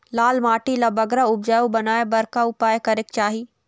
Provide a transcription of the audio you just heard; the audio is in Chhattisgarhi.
लाल माटी ला बगरा उपजाऊ बनाए बर का उपाय करेक चाही?